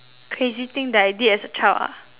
crazy thing that I did as a child ah